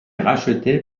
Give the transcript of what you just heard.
racheté